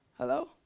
Hello